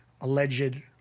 alleged